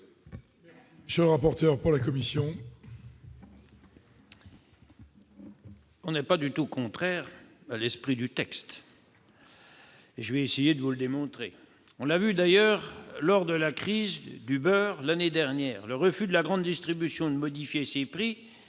n'est pas du tout contraire à l'esprit du texte, je vais essayer de vous le démontrer. On l'a vu lors de la crise du beurre, l'année dernière, le refus de la grande distribution de modifier ses prix,